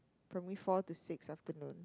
primary four to six afternoon